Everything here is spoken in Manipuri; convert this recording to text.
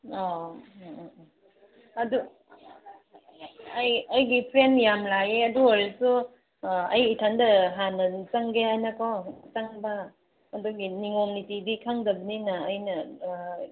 ꯑꯣ ꯎꯝ ꯎꯝ ꯑꯗꯨ ꯑꯩ ꯑꯩꯒꯤ ꯐ꯭ꯔꯦꯟ ꯌꯥꯝ ꯂꯥꯛꯑꯦ ꯑꯗꯨ ꯑꯣꯏꯔꯁꯨ ꯑꯩ ꯏꯊꯟꯗ ꯍꯥꯟꯅ ꯆꯪꯒꯦ ꯍꯥꯏꯅꯀꯣ ꯆꯪꯕ ꯑꯗꯨꯒꯤ ꯅꯤꯌꯣꯝ ꯅꯤꯇꯤꯗꯤ ꯈꯪꯗꯕꯅꯤꯅ ꯑꯩꯅ